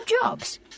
Jobs